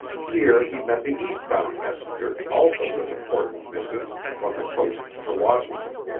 here he met the eastbound messenger, also with important missives, from the coast to washington.